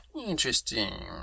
Interesting